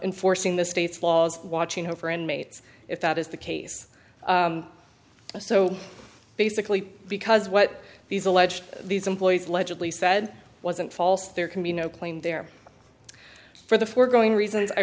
enforcing the state's laws watching over inmates if that is the case so basically because what these alleged these employees legibly said wasn't false there can be no claim there for the foregoing reasons i